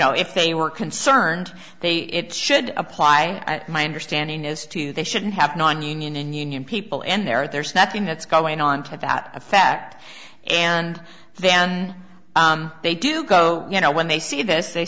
know if they were concerned they should apply my understanding as to they shouldn't have nonunion and union people in there there's nothing that's going on to that effect and then they do go you know when they see this they